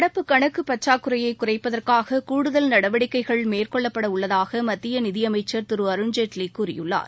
நடப்புக் கணக்கு பற்றாக்குறையை குறைப்பதற்காக கூடுதல் நடவடிக்கைகள் மேற்கொள்ளப்பட உள்ளதாக மத்திய நிதி அமைச்சர் திரு அருண்ஜேட்லி கூறியுள்ளார்